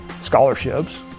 scholarships